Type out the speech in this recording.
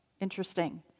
interesting